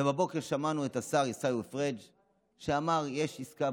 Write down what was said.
ובבוקר שמענו את השר עיסאווי פריג' שאמר: יש עסקה,